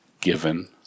given